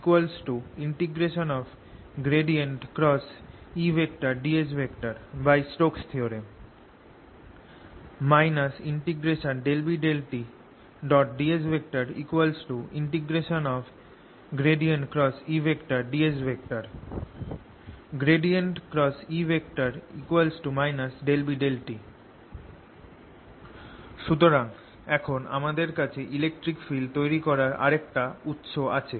- ∂B∂tdsemf Edl ds - ∂B∂tdsds ∂B∂t সুতরাং এখন আমাদের কাছে ইলেকট্রিক ফিল্ড তৈরি করার আরেকটা উৎস আছে